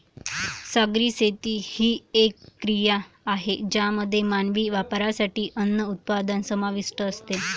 सागरी शेती ही एक क्रिया आहे ज्यामध्ये मानवी वापरासाठी अन्न उत्पादन समाविष्ट असते